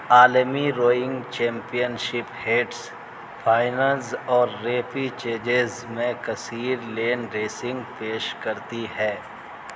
عالمی rowing championship finals اور میں کثیرلین ریسنگ پیش کرتی ہے